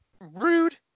rude